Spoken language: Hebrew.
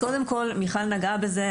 קודם כל, מיכל נגעה בזה.